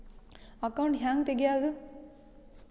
Account ಹ್ಯಾಂಗ ತೆಗ್ಯಾದು?